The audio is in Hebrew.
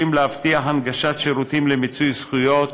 להבטיח הנגשת שירותים למיצוי זכויות,